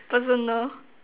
personal